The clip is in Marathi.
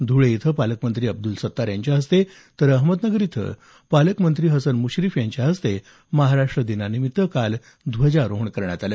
धुळे इथं पालकमंत्री अब्दुल सत्तार यांच्या हस्ते तर अहमदनगर इथं पालकमंत्री हसन मुश्रीफ यांच्या हस्ते महाराष्ट्र दिनानिमित्त ध्वजारोहण करण्यात आलं